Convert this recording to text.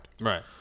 Right